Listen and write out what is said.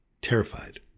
terrified